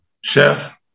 Chef